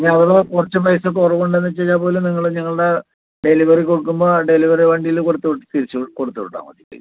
ഇനി ഉള്ളത് കുറച്ച് പൈസ കുറവുടെന്നു വെച്ച് കഴിഞ്ഞാൽ പോലും നിങ്ങള് നിങ്ങളുടെ ഡെലിവെറി കൊടുക്കുമ്പോൾ ഡെലിവെറി വണ്ടിയില് കൊടുത്ത് വി തിരിച്ച് കൊടുത്തു വിട്ടാൽ മതി പൈസ